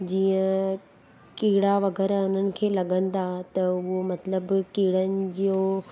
जीअं कीड़ा वग़ैरह उन्हनि खे लॻंदा त उहो मतिलबु कीड़नि जो